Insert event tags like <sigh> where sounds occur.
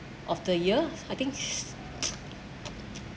of the year I think <noise>